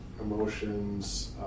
emotions